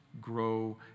grow